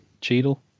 Cheadle